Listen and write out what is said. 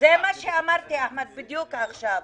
זה מה שאמרתי בדיוק עכשיו.